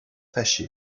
fâché